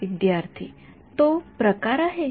हो विद्यार्थीः तो प्रकार आहे